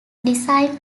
designed